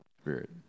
Spirit